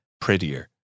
prettier